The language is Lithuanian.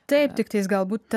taip tiktais galbūt